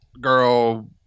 girl